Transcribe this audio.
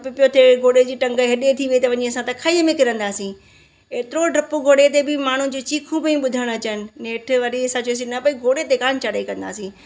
डपु पियो थिए घोड़े जी टंग हेॾे थी वई त असां त वञी खाईअ में किरंदासीं एतिरो डपु घोड़े ते बि माण्हूनि जूं चीखूं पई ॿुधण अचनि नेठि वरी असां चयोसि न भाई घोड़े ते कोन्ह चढ़ाई कंदासीं